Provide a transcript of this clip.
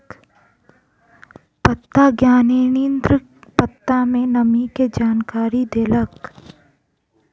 पत्ता ज्ञानेंद्री पत्ता में नमी के जानकारी देलक